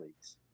leagues